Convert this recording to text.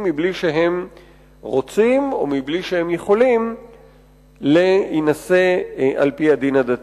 מבלי שהם רוצים או מבלי שהם יכולים להינשא על-פי הדין הדתי.